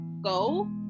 go